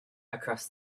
across